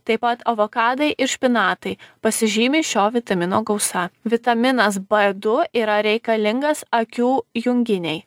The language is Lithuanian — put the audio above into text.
taip pat avokadai ir špinatai pasižymi šio vitamino gausa vitaminas b du yra reikalingas akių junginei